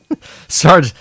Sorry